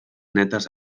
netes